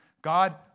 God